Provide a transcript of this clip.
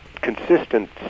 consistent